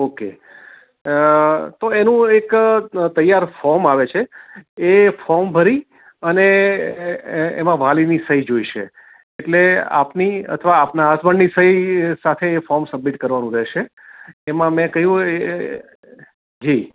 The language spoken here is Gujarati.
ઓકે તો એનું એક તૈયાર ફોર્મ આવે છે એ ફોર્મ ભરી અને એમાં વાલીની સહી જોઈશે એટલે આપની અથવા આપના હસબંડની સહી સાથે એ ફોર્મ સબમિટ કરવાનું રહેશે એમાં મેં કહ્યું એ જી